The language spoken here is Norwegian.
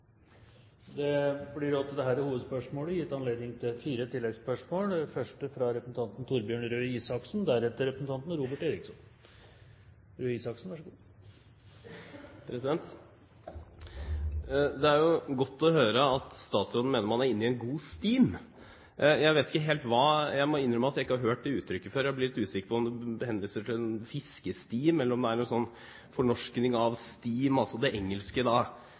Det blir fire oppfølgingsspørsmål – først Torbjørn Røe Isaksen. Det er godt å høre at statsråden mener man er inne i en «god stim». Jeg må innrømme at jeg ikke har hørt det uttrykket før, og jeg er litt usikker på om det henvises til fiskestim eller en fornorskning av det engelske «steam», som kommer fra tog eller noe sånt. Men jeg regner med at det betyr at man er på vei fremover på en eller annen måte. Men det